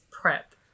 prep